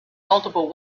multiple